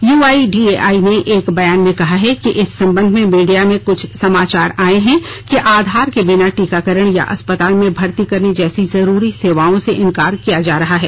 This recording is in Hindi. यूआईडीएआई ने एक बयान में कहा है कि इस संबंध में मीडिया में कुछ समाचार आए हैं कि आधार के बिना टीकाकरण या अस्पताल में भर्ती करने जैसी जरूरी सेवाओं से इंकार किया जा रहा है